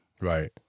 Right